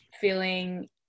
feeling